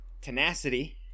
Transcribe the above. tenacity